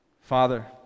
Father